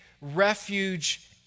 refuge